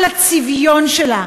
על הצביון שלה,